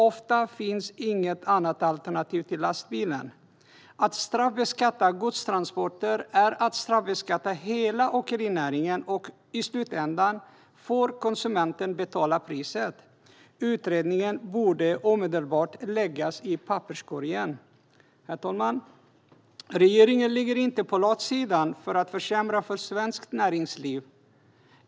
Ofta finns inget alternativ till lastbilen. Att straffbeskatta godstransporter är att straffbeskatta hela åkerinäringen. I slutändan får konsumenten betala priset. Utredningen borde omedelbart läggas i papperskorgen. Herr talman! Regeringen ligger inte på latsidan för att försämra för svenskt näringsliv.